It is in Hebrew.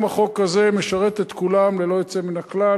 גם החוק הזה משרת את כולם ללא יוצא מן הכלל.